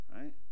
right